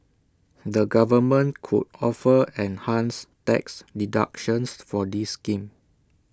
the government could offer enhanced tax deductions for this scheme